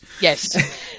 yes